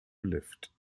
lift